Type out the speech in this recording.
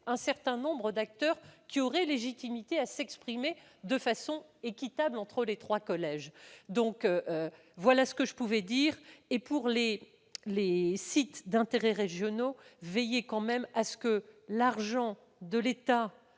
un certain nombre d'acteurs qui auraient toute légitimité à s'exprimer de façon équitable entre les trois collèges. Il faut un juste milieu. S'agissant des sites d'intérêt régional, veillez quand même à ce que l'argent de l'État